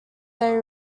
they